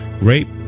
rape